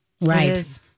Right